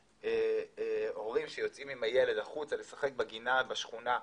של הורים שיוצאים עם הילד החוצה לשחק בגינה בשכונה בחוץ,